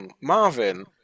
Marvin